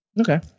okay